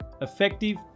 effective